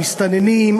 המסתננים,